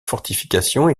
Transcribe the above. fortifications